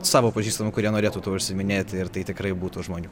savo pažįstamų kurie norėtų tuo užsiiminėti ir tai tikrai būtų žmonių